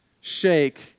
shake